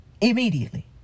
immediately